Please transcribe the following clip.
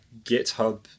GitHub